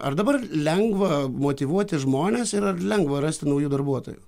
o ar dabar lengva motyvuoti žmones ir ar lengva rasti naujų darbuotojų